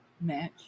Match